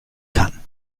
kann